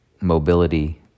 mobility